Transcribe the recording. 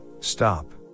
stop